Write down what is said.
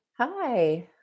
Hi